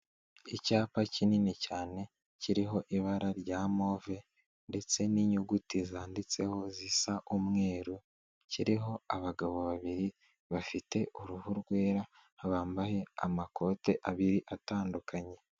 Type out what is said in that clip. Icyapa kinini cyane kiriho ibara rya move ndetse n'inyuguti zanditseho zisa umweru, kiriho abagabo babiri bafite uruhu rwera bambaye amakote abiri atandukanye.